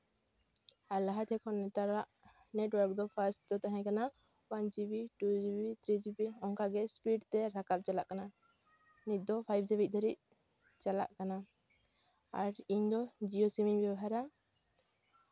ᱟᱨ ᱞᱟᱦᱟᱛᱮ ᱠᱷᱚᱱ ᱱᱮᱛᱟᱨᱟᱜ ᱱᱮᱴᱳᱣᱟᱨᱠ ᱫᱚ ᱯᱷᱟᱥᱴ ᱜᱮ ᱛᱟᱦᱮᱸ ᱠᱟᱱᱟ one GB two GB three GB ᱚᱱᱟᱜᱮ ᱤᱥᱯᱤᱰᱛᱮ ᱨᱟᱠᱟᱵ ᱪᱟᱞᱟᱜ ᱠᱟᱱᱟ ᱱᱤᱛ ᱫᱚ ᱯᱷᱟᱭᱤᱵᱽ ᱡᱤᱵᱤ ᱫᱷᱟᱹᱵᱤᱡ ᱪᱟᱞᱟᱜ ᱠᱟᱱᱟ ᱟᱨ ᱤᱧ ᱫᱚ ᱡᱤᱭᱳ ᱥᱤᱢᱤᱧ ᱵᱮᱵᱚᱦᱟᱨᱟ